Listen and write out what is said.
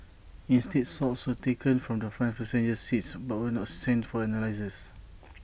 instead swabs were taken from the front passenger seats but were not sent for analysis